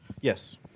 Yes